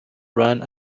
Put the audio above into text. run